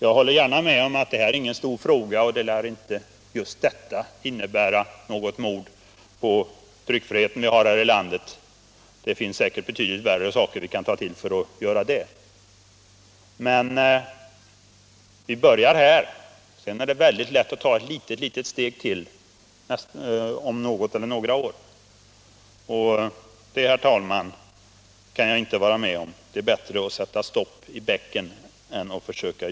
Jag håller gärna med om att detta inte är någon stor fråga, och den lär inte innebära något mord på den tryckfrihet vi har här i landet. Det finns säkert betydligt värre saker vi kan ta till för det. Men om man börjar här är det sedan lätt att ta ett litet, litet steg till om något eller några år — och det, herr talman, kan jag inte vara med om. Det är bättre att stämma i bäcken än i ån.